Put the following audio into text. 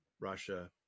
Russia